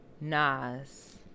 Nas